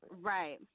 Right